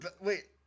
Wait